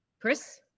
Chris